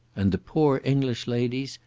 and the poor english ladies,